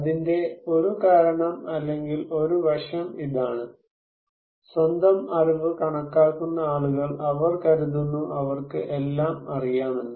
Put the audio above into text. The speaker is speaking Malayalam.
അതിൻറെ ഒരു കാരണം അല്ലെങ്കിൽ ഒരു വഷം ഇതാണ് സ്വന്തം അറിവ് കണക്കാക്കുന്ന ആളുകൾ അവർ കരുതുന്നു അവർക്ക് എല്ലാം അറിയാം എന്ന്